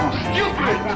stupid